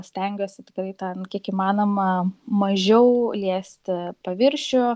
stengiuosi tikrai ten kiek įmanoma mažiau liesti paviršių